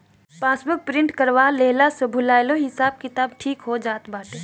passbook print करवा लेहला से भूलाइलो हिसाब किताब ठीक हो जात बाटे